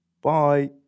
Bye